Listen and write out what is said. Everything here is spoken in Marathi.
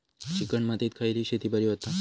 चिकण मातीत खयली शेती बरी होता?